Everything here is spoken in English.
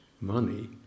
money